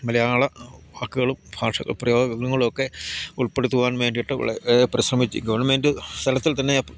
മലയാള വാക്കുകളും ഭാഷ പ്രയോഗങ്ങളും ഒക്കെ ഉൾപ്പെടുത്തുവാൻ വേണ്ടിയിട്ട് വളരെ പരിശ്രമിച്ച് ഗവൺമെൻ്റ് സ്ഥലത്തിൽ തന്നെ